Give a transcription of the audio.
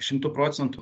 šimtu procentų